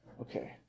Okay